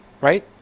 right